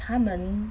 他们